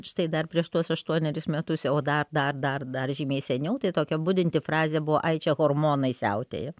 štai dar prieš tuos aštuonerius metus jau dar dar dar dar žymiai seniau tai tokia budinti frazė buvo ai čia hormonai siautėja